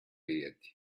yet